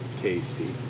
Tasty